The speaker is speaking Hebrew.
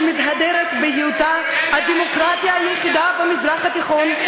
שמתהדרת בהיותה הדמוקרטיה היחידה במזרח התיכון,